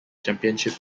championship